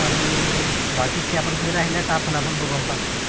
আৰু বাৰ্ষিক ক্ৰিড়া প্ৰতিযোগিতা আহিলে তাৰ ফলাফলটো গম পাম